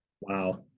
wow